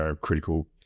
critical